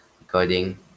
recording